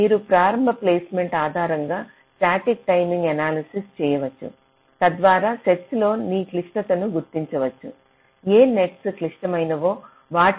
మీరు ప్రారంభ ప్లేస్మెంట్ ఆధారంగా స్టాటిక్ టైమింగ్ అనాలిసిస్ చేయవచ్చు తద్వారా నెట్స్లో క్లిష్టతను గుర్తించవచ్చు ఏ నెట్స్ క్లిష్టమైనవో వాటికి అధిక బరువులు ఇవ్వచ్చు